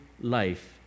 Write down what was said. life